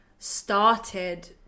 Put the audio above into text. started